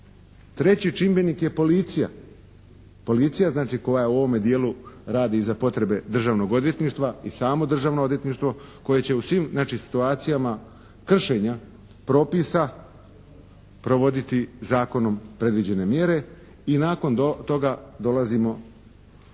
Treći čimbenik je policija. Policija znači koja u ovome dijelu radi za potrebe Državnog odvjetništva i samo Državno odvjetništvo koje će u svim znači situacijama kršenja propisa provoditi zakonom predviđene mjere i nakon toga dolazimo na